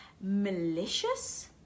malicious